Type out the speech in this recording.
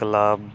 club